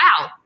Wow